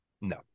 No